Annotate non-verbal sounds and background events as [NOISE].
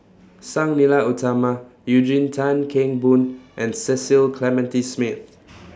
Sang Nila Utama Eugene Tan Kheng Boon and Cecil Clementi Smith [NOISE]